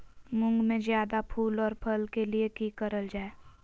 मुंग में जायदा फूल और फल के लिए की करल जाय?